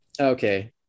okay